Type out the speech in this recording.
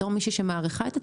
בתור מישהי שמעריכה את עצמה,